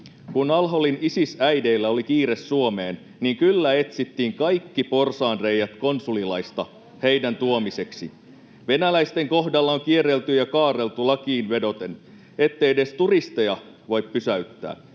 Kun al-Holin Isis-äideillä oli kiire Suomeen, niin kyllä etsittiin kaikki porsaanreiät konsulilaista heidän tuomisekseen. Venäläisten kohdalla on kierrelty ja kaarreltu lakiin vedoten, ettei edes turisteja voi pysäyttää.